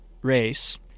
race